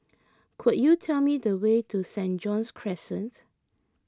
could you tell me the way to Saint John's Crescent